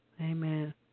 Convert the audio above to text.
Amen